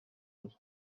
with